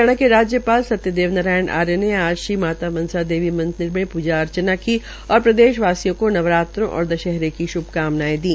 हरियाणा के राज्यपाल सत्यदेव नारायण आर्य ने आज श्री माता मनसा देवी मंदिर में प्जा अर्चना की और प्रदेशवासियों को नवरात्रों और दशहरो की श्भकामनायें दी